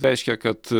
reiškia kad